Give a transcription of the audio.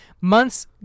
months